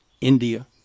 India